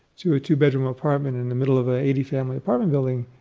to a two-bedroom apartment in the middle of an eighty family apartment building.